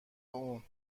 اون